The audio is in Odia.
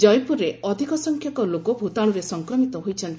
ଜୟପୁରରେ ଅଧିକ ସଂଖ୍ୟକ ଲୋକ ଭୂତାଶୁରେ ସଂକ୍ରମିତ ହୋଇଛନ୍ତି